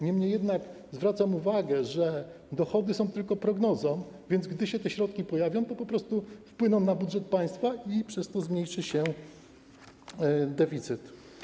Niemniej jednak zwracam uwagę, że dochody są tylko prognozą, więc gdy te środki się pojawią, to po prostu wpłyną na budżet państwa i przez to zmniejszy się deficyt.